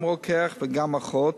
גם רוקח וגם אחות,